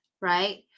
right